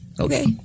okay